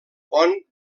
pont